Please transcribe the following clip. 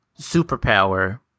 superpower